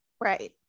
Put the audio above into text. Right